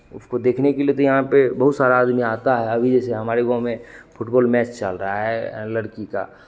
उसको देखने के लिए यहाँ पे बहुत सारा आदमी आता है अभी जैसे हमारे गाँव में फुटबॉल मैच चल रहा है लड़की का